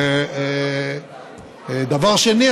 ודבר שני,